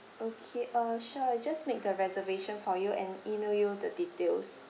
okay uh sure I just make the reservation for you and email you the details